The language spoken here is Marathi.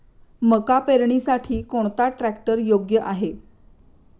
मका पेरणीसाठी कोणता ट्रॅक्टर योग्य आहे?